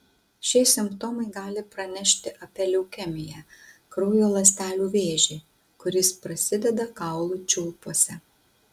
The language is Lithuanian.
šie simptomai gali pranešti apie leukemiją kraujo ląstelių vėžį kuris prasideda kaulų čiulpuose